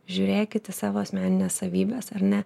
žiūrėkit į savo asmenines savybes ar ne